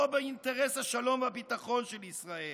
לא באינטרס השלום והביטחון של ישראל.